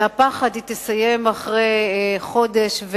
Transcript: מהפחד היא תסיים אחרי חודש,